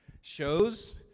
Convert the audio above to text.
shows